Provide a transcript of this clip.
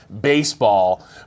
baseball